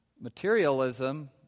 materialism